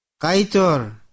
Kaitor